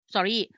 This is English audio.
Sorry